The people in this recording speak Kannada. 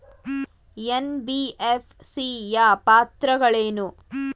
ಎನ್.ಬಿ.ಎಫ್.ಸಿ ಯ ಪಾತ್ರಗಳೇನು?